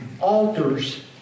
altars